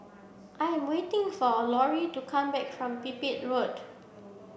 I am waiting for Lorrie to come back from Pipit Road